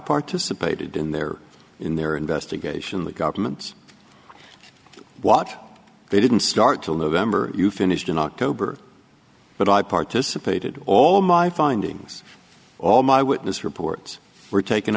participated in there in their investigation the government what they didn't start till november you finished in october but i participated all my findings all my witness reports were taken